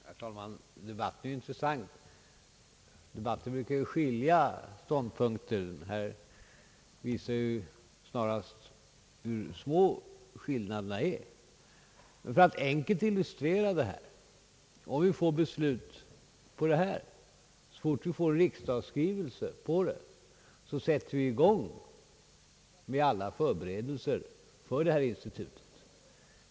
Herr talman! Debatten är intressant. Debatter brukar ju redovisa skilda ståndpunkter. Denna debatt visar snarast hur små skillnaderna är. För att enkelt illustrera detta vill jag säga att så fort vi får beslut och riksdagsskrivelse i detta ärende kommer vi att sätta i gång med alla förberedelser för institutet.